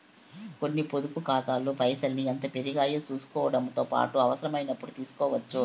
కొన్ని పొదుపు కాతాల్లో పైసల్ని ఎంత పెరిగాయో సూసుకోవడముతో పాటు అవసరమైనపుడు తీస్కోవచ్చు